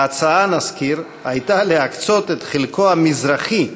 ההצעה, נזכיר, הייתה להקצות את חלקו המזרחי,